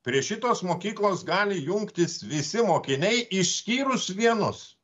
prie šitos mokyklos gali jungtis visi mokiniai išskyrus vienus